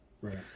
right